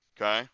Okay